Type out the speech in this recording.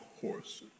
horses